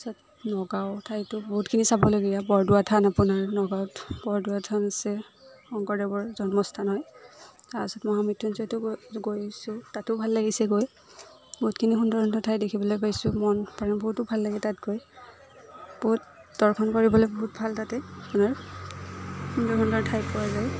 তাৰ পিছত নগাঁও ঠাইতো বহুতখিনি চাবলগীয়া বৰদোৱা থান আপোনাৰ নগাঁওত বৰদোৱা থান আছে শংকৰদেৱৰ জন্মস্থান হয় তাৰ পাছত মহামৃত্যুঞ্জয়তো গৈ গৈছোঁ তাতো ভাল লাগিছে গৈ বহুতখিনি সুন্দৰ সুন্দৰ ঠাই দেখিবলৈ পাইছোঁ মন প্ৰাণ বহুতো ভাল লাগে তাত গৈ বহুত দৰ্শন কৰিবলৈ বহুত ভাল তাতে আপোনাৰ সুন্দৰ সুন্দৰ ঠাই পোৱা যায়